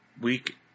week